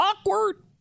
Awkward